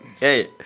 hey